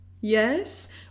Yes